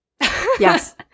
Yes